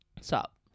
Stop